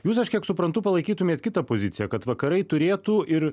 jūs aš kiek suprantu palaikytumėt kitą poziciją kad vakarai turėtų ir